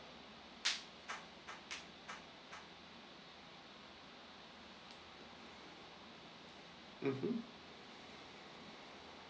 mmhmm